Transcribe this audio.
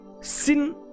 Sin